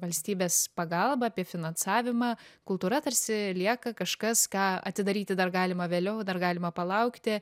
valstybės pagalbą apie finansavimą kultūra tarsi lieka kažkas ką atidaryti dar galima vėliau dar galima palaukti